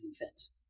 defense